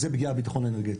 זה בגלל הבטחון האנרגטי,